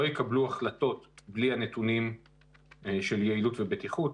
לא יקבלו החלטות בלי הנתונים של יעילות ובטיחות.